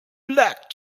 black